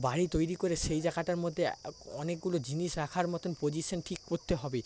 বাড়ি তৈরি করে সেই জায়গাটার মধ্যে অনেকগুলো জিনিস রাখার মতন পজিশন ঠিক করতে হবে